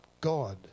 God